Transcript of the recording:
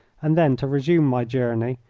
and then to resume my journey,